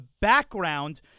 background